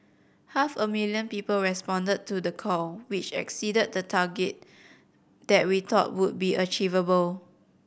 half a million people responded to the call which exceeded the target that we thought would be achievable